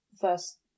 first